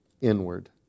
inward